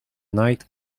night